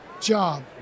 job